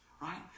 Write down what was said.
right